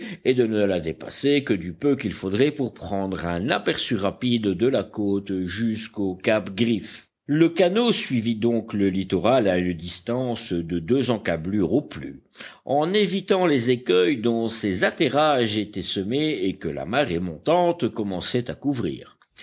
et de ne la dépasser que du peu qu'il faudrait pour prendre un aperçu rapide de la côte jusqu'au cap griffe le canot suivit donc le littoral à une distance de deux encablures au plus en évitant les écueils dont ces atterrages étaient semés et que la marée montante commençait à couvrir